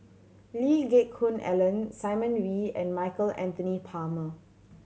Lee Geck Hoon Ellen Simon Wee and Michael Anthony Palmer